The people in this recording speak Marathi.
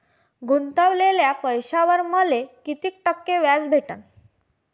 गुतवलेल्या पैशावर मले कितीक टक्के व्याज भेटन?